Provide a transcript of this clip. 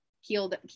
healed